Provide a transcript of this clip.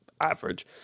average